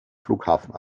flughafen